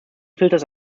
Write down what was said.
filters